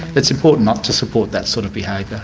it's important not to support that sort of behaviour.